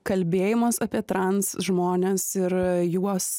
kalbėjimas apie transžmones ir juos